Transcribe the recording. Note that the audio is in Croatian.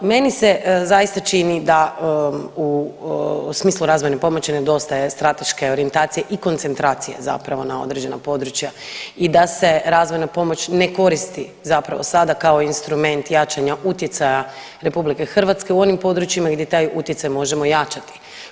Meni se zaista čini da u smislu razvojne pomoći nedostaje strateške orijentacije i koncentracije zapravo na određena područja i da se razvojna pomoć ne koristi zapravo sada kao instrument jačanja utjecaja RH u onim područjima gdje taj utjecaj možemo jačati.